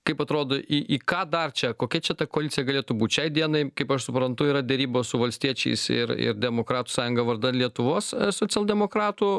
kaip atrodo į į ką dar čia kokia čia ta koalicija galėtų būt šiai dienai kaip aš suprantu yra derybos su valstiečiais ir ir demokratų sąjunga vardan lietuvos socialdemokratų